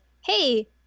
Hey